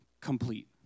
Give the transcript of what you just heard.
complete